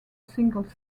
single